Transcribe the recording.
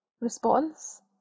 response